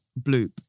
bloop